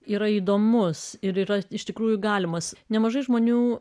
yra įdomus ir yra iš tikrųjų galimas nemažai žmonių